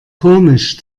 komisch